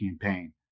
campaign